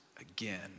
again